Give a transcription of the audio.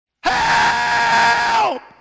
Help